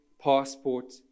passport